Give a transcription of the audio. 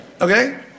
Okay